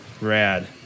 Rad